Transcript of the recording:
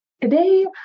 today